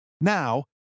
Now